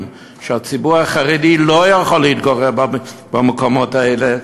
שהציבור החרדי לא יכול להתגורר במקומות האלה,